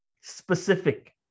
Specific